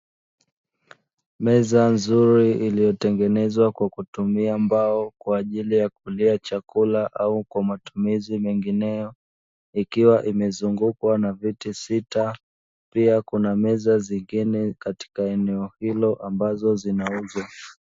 Meza nzuri iliyotengenezwa kwa kutumia mbao kwa ajili ya kulia chakula au kwa matumizi mengineyo, ikiwa imezungukwa na viti sita pia, kuna meza zingine katika eneo hilo ambazo zinauzwa.